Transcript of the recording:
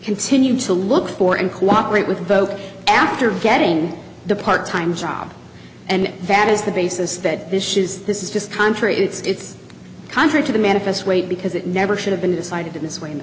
continue to look for and cooperate with both after getting the part time job and that is the basis that this is this is just contrary it's contrary to the manifest weight because it never should have been decided in this w